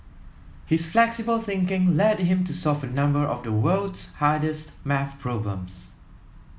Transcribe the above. his flexible thinking led him to solve a number of the world's hardest maths problems